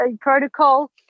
protocol